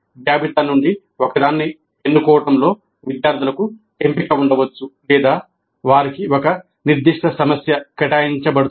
జాబితా నుండి ఒకదాన్ని ఎన్నుకోవడంలో విద్యార్థులకు ఎంపిక ఉండవచ్చు లేదా వారికి ఒక నిర్దిష్ట సమస్య కేటాయించబడుతుంది